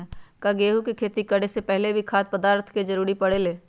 का गेहूं के खेती करे से पहले भी खाद्य पदार्थ के जरूरी परे ले?